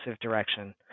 direction